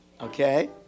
Okay